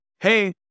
Hey